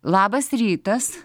labas rytas